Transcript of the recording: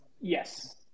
Yes